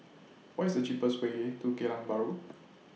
What IS The cheapest Way to Geylang Bahru